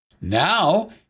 Now